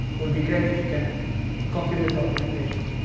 it would be great if you can contribute documentation.